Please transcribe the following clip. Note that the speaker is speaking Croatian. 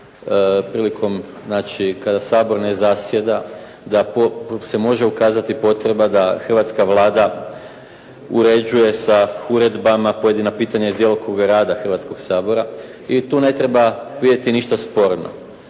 znači kada Sabor ne zasjeda da se može ukazati potreba da hrvatska Vlada uređuje sa uredbama pojedina pitanja iz djelokruga rada Hrvatskoga sabora i tu ne treba biti ništa sporno.